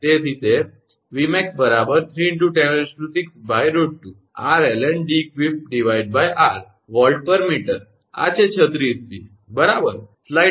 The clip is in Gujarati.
તેથી તે 𝑉𝑚𝑎𝑥 3×106√2 𝑟ln𝐷𝑒𝑞𝑟 𝑉𝑚 આ છે 36 b બરાબર